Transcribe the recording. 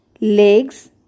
legs